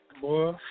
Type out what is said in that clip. Boy